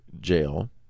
jail